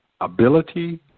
ability